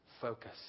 focus